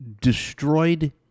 destroyed